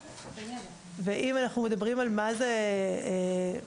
אם שואלים מה זה תיאום,